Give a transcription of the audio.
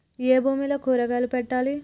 ఏ భూమిలో కూరగాయలు పెట్టాలి?